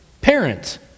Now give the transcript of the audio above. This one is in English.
parent